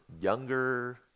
younger